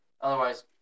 Otherwise